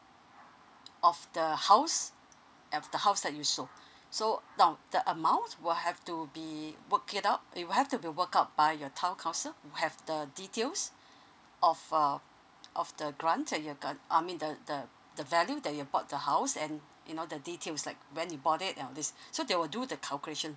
of the house uh the house that you sold so now the amount will have to be work it out it will have to be work out by your town council who have the details of uh of the grant that you've granted I mean the the the value that you bought the house and you know the details like when you bought it now all this so they will do the calculation